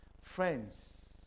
friends